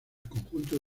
conjunto